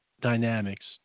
dynamics